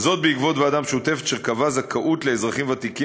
בעקבות ועדה משותפת אשר קבעה זכאות לאזרחים ותיקים